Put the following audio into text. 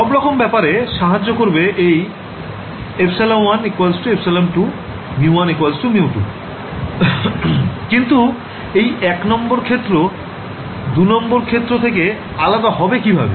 সব রকম ব্যাপারে সাহায্য করবে এই ε1 ε2 μ1 μ2 কিন্তু এই ১ নং ক্ষেত্র ২ নং ক্ষেত্র থেকে আলাদা হবে কিভাবে